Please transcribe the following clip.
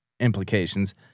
implications